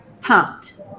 pumped